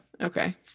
Okay